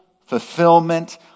fulfillment